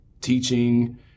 teaching